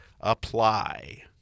apply